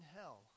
hell